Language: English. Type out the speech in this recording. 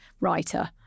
writer